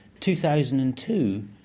2002